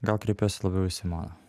gal kreipiuosi labiau į simoną